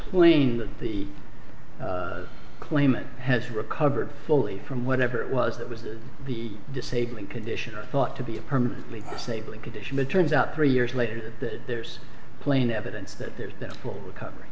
plain that the claimant has recovered fully from whatever it was that was the disabling condition are thought to be a permanently disabling condition it turns out three years later that there's plain evidence that there's been a full recovery